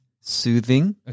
soothing